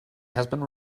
husband